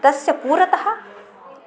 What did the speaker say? तस्य पुरतः